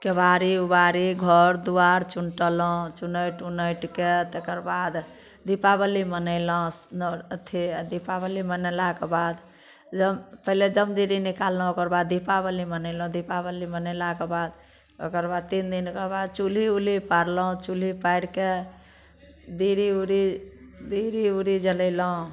केबाड़ी ओबाड़ी घर दुआर चुनटलहुँ चुनैट ओनैटके तकरबाद दीपावली मनेलहुँ अथी दीपावली मनेलाके बाद पहिले निकाललहुँ ओकरबाद दीपावली मनेलहुँ दीपावली मनेलाके बाद ओकरबाद तीन दिन कऽ बाद चुल्ही ओल्ही पारलहुँ चुल्ही पारिके बीड़ी ओड़ी बीड़ी ओड़ी जलेलहुँ